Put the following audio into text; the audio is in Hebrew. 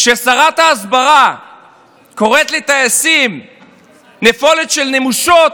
כששרת ההסברה קוראת לטייסים "נפולת של נמושות",